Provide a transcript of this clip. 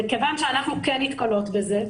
וכיוון שאנחנו כן נתקלות בזה,